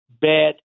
bad